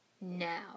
Now